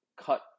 cut